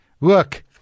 Look